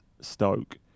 Stoke